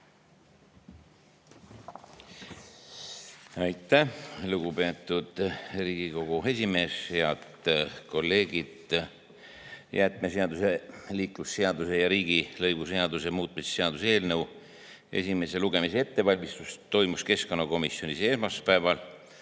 Aitäh, lugupeetud Riigikogu esimees! Head kolleegid! Jäätmeseaduse, liiklusseaduse ja riigilõivuseaduse muutmise seaduse eelnõu esimese lugemise ettevalmistus toimus keskkonnakomisjonis esmaspäeval,